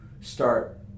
start